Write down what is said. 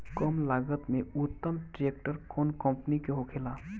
कम लागत में उत्तम ट्रैक्टर कउन कम्पनी के होखेला?